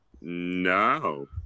no